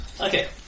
Okay